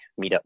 meetup